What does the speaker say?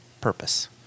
purpose